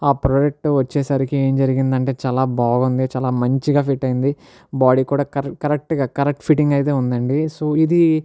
ఆ ప్రాడెక్ట్ వచ్చేసరికి ఏమి జరిగింది అంటే చాలా బాగుంది చాలా మంచిగా ఫిట్ అయింది బాడీ కూడా కర్ కరెక్ట్గా కరెక్ట్ ఫిట్టింగ్ అయితే ఉందండి సో ఇది